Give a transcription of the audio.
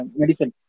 medicine